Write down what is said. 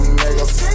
niggas